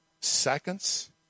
Seconds